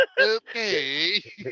Okay